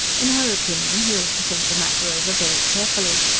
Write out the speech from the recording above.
in her opinion, he ought to think the matter over very carefully.